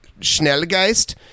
Schnellgeist